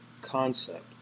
concept